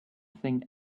thing